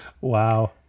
Wow